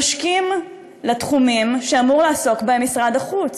נושקים לתחומים שאמור לעסוק בהם משרד החוץ.